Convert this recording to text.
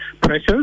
pressure